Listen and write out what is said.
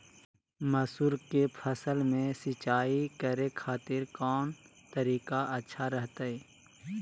मसूर के फसल में सिंचाई करे खातिर कौन तरीका अच्छा रहतय?